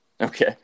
Okay